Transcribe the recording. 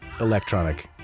Electronic